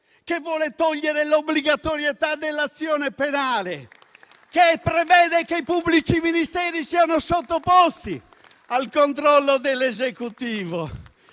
che vuole togliere l'obbligatorietà dell'azione penale, che prevede che i pubblici ministeri siano sottoposti al controllo dell'Esecutivo.